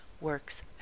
works